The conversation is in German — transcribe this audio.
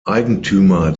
eigentümer